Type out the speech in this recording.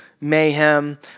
mayhem